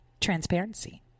Transparency